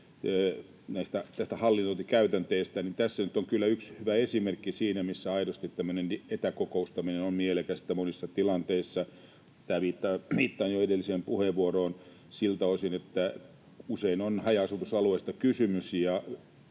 hallinnointikäytänteistä, tämä nyt on kyllä yksi hyvä esimerkki siitä, missä aidosti tämmöinen etäkokoustaminen on mielekästä monissa tilanteissa — viittaan jo edelliseen puheenvuoroon siltä osin, että usein on haja-asutusalueista kysymys